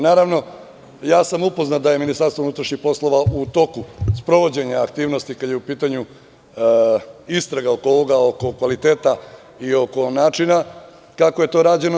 Naravno, upoznat sam da je MUP u toku sprovođenja aktivnosti, kada je u pitanju istraga oko ovoga, oko kvaliteta i oko načina kako je to rađeno.